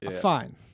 fine